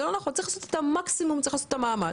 צריך לעשות את המקסימום וצריך לעשות את המאמץ.